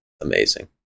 amazing